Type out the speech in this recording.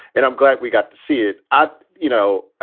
and i'm glad we got to see it at, you know,